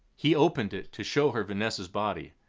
he opened it to show her vanessa's body.